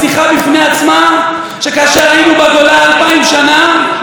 שכאשר היינו בגולה אלפיים שנה לחמנו על שמנו,